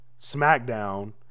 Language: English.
SmackDown